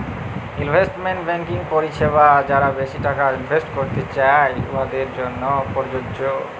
investment banking পরিছেবা যারা বেশি টাকা ইলভেস্ট ক্যইরতে চায়, উয়াদের জ্যনহে পরযজ্য